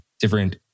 different